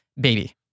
baby